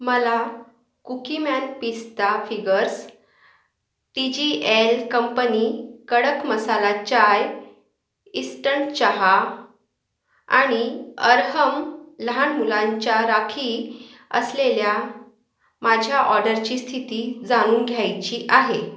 मला कुकीमॅन पिस्ता figures T G L company कडक मसाला चाय इस्टंट चहा आणि अरहम लहान मुलांच्या राखी असलेल्या माझ्या ऑर्डरची स्थिती जाणून घ्यायची आहे